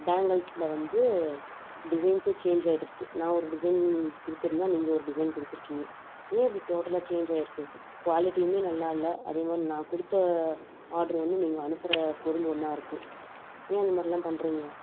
பேங்கிள்ஸ்ல வந்து டிசைன்ஸும் சேன்ஞ் ஆகிட்டு இருக்குது நான் ஒரு டிசைன் கொடுத்து இருந்தேன் நீங்கள் ஒரு டிசைன் கொடுத்து இருக்கீங்க ஏன் இப்படி டோட்டலாக சேன்ஞ் ஆகியிருக்கு குவாலிட்டியும் நல்லா இல்லை அதே மாதிரி நான் கொடுத்த ஆட்ரு ஒன்று நீங்கள் அனுப்புகிற பொருள் ஒன்னாக இருக்குது ஏன் அந்த மாதிரிலாம் பண்ணுறீங்க